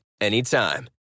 anytime